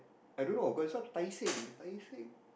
I don't know got such Tai-Seng near Tai-Seng